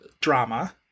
drama